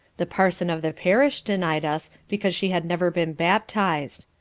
the parson of the parish denied us because she had never been baptized.